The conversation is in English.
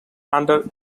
under